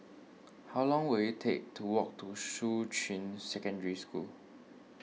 how long will it take to walk to Shuqun Secondary School